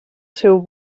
seu